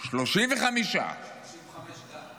35, 35 גג.